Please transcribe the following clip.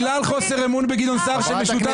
על החושד בכשרים אתה יודע מה נאמר, משה.